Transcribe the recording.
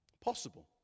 possible